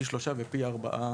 פי שלושה ופי ארבעה